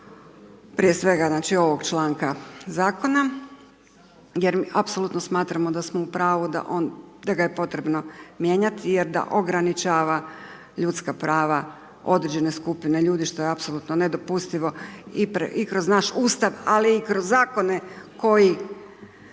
prije svega, znači ovog članka Zakona, jer apsolutno smatramo da smo u pravu, da on, da ga je potrebno mijenjati jer da ograničava ljudska prava određene skupine ljudi, što je apsolutno nedopustivo i kroz naš Ustav, ali i kroz Zakone, koji